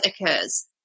occurs